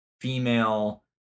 female